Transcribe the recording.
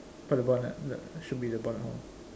for the bonnet ya should be the bonnet hor